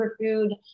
superfood